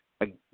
Again